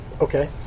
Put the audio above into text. Okay